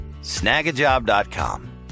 snagajob.com